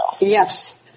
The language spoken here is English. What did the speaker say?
Yes